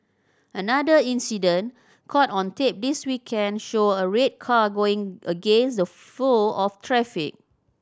another incident caught on tape this weekend showed a red car going against the flow of traffic